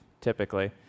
typically